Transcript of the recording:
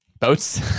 boats